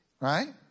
Right